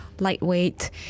lightweight